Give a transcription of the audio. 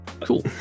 Cool